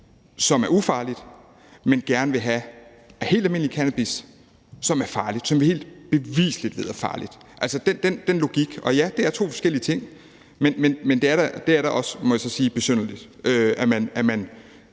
som er ufarligt, men gerne vil have helt almindelig cannabis, som er farligt – som vi helt bevisligt ved er farligt. Og ja, det er to forskellige ting, men det er da, må jeg så sige, besynderligt, at man